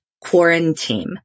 Quarantine